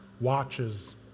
watches